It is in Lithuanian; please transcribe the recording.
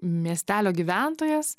miestelio gyventojas